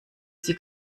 sie